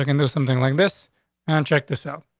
and there's something like this and check this out.